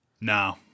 No